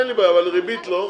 הצמדה אין לי בעיה, אבל ריבית לא.